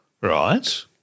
Right